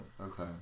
Okay